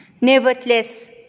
Nevertheless